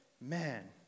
man